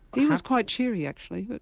he was quite cheery actually,